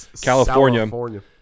California